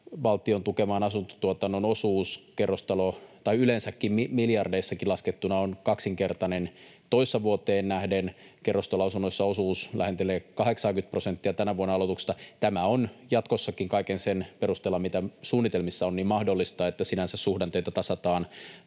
valtion tukeman asuntotuotannon osuus yleensä, miljardeissakin laskettuna, on kaksinkertainen toissa vuoteen nähden. Kerrostaloasunnoissa osuus lähentelee 80:tä prosenttia tämän vuoden aloituksissa. Tämä on jatkossakin kaiken sen perusteella, mitä suunnitelmissa on, mahdollista, eli sinänsä suhdanteita tasataan